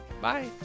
bye